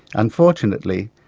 unfortunately,